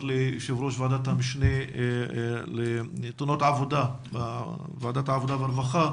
ליושב ראש ועדת המשנה לתאונות עבודה בוועדת העבודה והרווחה.